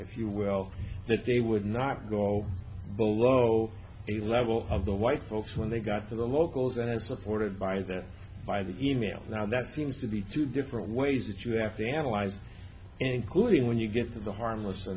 if you will that they would not go below the level of the white folks when they got to the locals and i was supported by that by the e mails now that seems to be two different ways that you have to analyze including when you get to the harmless